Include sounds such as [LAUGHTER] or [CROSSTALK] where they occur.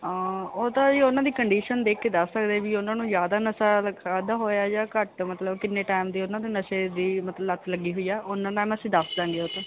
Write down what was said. ਉਹ ਤਾਂ ਜੀ ਉਹਨਾਂ ਦੀ ਕੰਡੀਸ਼ਨ ਦੇਖ ਕੇ ਦੱਸ ਸਕਦੇ ਵੀ ਉਹਨਾਂ ਨੂੰ ਜ਼ਿਆਦਾ ਨਸ਼ਾ ਲੱਗ [UNINTELLIGIBLE] ਹੋਇਆ ਜਾਂ ਘੱਟ ਮਤਲਬ ਕਿੰਨੇ ਟਾਈਮ ਦੇ ਉਹਨਾਂ ਦੇ ਨਸ਼ੇ ਦੀ ਮਤਲਬ ਲੱਤ ਲੱਗੀ ਹੋਈ ਆ ਉਹਨਾਂ ਦਾ ਅਸੀਂ ਦੱਸ ਦਾਂਗੇ ਉਹ ਤਾਂ